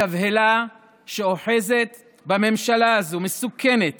התבהלה שאוחזת בממשלה הזאת מסוכנת